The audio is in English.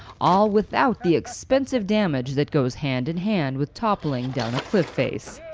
all without the expensive damage that goes hand-in-hand with toppling down a cliff-face.